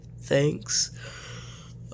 thanks